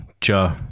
Joe